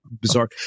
bizarre